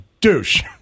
douche